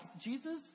Jesus